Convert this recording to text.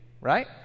right